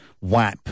WAP